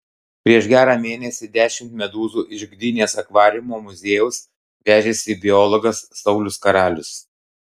prieš gerą mėnesį dešimt medūzų iš gdynės akvariumo muziejaus vežėsi biologas saulius karalius